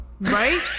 Right